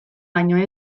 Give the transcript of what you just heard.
baino